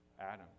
Adam